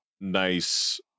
nice